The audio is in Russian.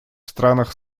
странах